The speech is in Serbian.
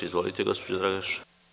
Izvolite Gospođo Dragaš.